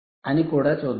అని కూడా చూద్దాం